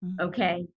okay